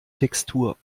textur